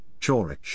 Chorich